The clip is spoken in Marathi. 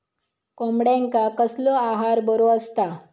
कोंबड्यांका कसलो आहार बरो असता?